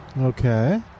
Okay